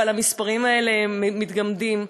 אבל המספרים האלה מתגמדים,